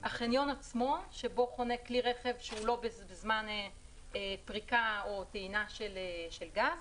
החניון עצמו שבו חונה כלי רכב שהוא לא בזמן פריקה או טעינה של גז